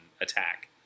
attack